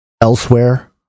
elsewhere